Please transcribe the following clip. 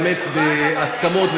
באמת בהסכמות,